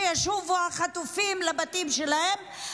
שישובו החטופים לבתים שלהם,